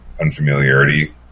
unfamiliarity